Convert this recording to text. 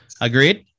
Agreed